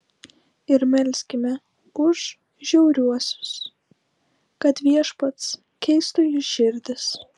ir melskime už žiauriuosius kad viešpats keistų jų širdis